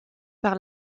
par